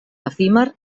efímer